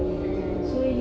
mm